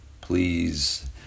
please